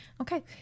Okay